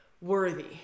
worthy